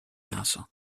naso